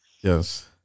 Yes